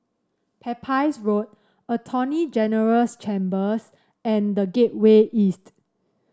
Pepys Road Attorney General's Chambers and The Gateway East